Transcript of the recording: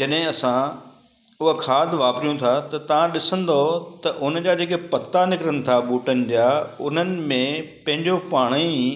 जॾहिं असां उहा खाध वापरियूं था तव्हां ॾिसंदुव त हुनजा जेके पता निकिरनि था बूटनि जा उन्हनि में पंहिंजो पाणे ई